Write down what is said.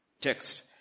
text